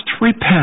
repent